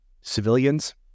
civilians